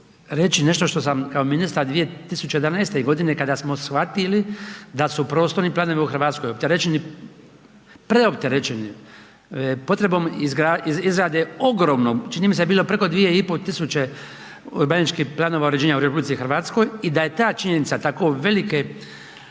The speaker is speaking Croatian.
reći nešto što sam kao ministar 2011. godine kada smo shvatili da su prostorni planovi u Hrvatskoj opterećeni, preopterećeni potrebom izrade ogromnog čini mi se da je bilo preko 2.500 urbanističkih planova uređenja u RH i da je ta činjenica tako velike,